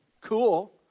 cool